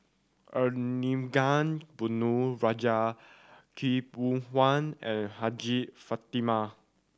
Arumugam Ponnu Rajah Khaw Boon Wan and Hajjah Fatimah